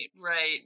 right